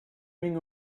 bring